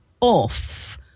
off